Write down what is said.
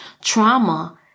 trauma